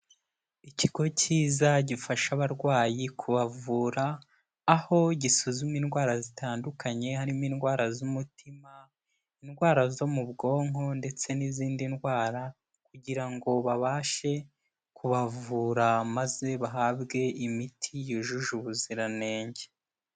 Ikigo kiza gifasha abarwayi kubavura aho gisuzuma indwara zitandukanye harimo indwara z'umutima, indwara zo mu bwonko ndetse n'izindi ndwara kugira ngo babashe kubavura maze bahabwe imiti yujuje ubuziranenge.